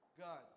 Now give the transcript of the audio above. God